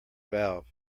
valve